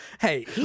Hey